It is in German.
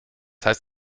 heißt